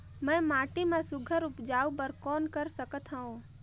मैं माटी मा सुघ्घर उपजाऊ बर कौन कर सकत हवो?